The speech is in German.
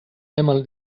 einmal